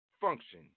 function